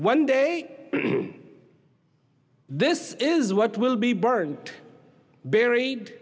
one day this is what will be burnt buried